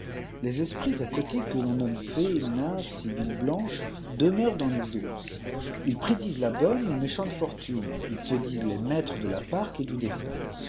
les esprits aquatiques que l'on nomme fées nymphes sjibiles blanches demeurent dans les eaux ils prédisent la bonne outaéchante fortune ils se disent les maîtres de la parque et du destin